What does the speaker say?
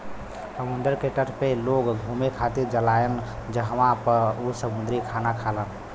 समुंदर के तट पे लोग घुमे खातिर जालान जहवाँ उ समुंदरी खाना खालन